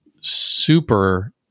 super